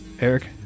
Eric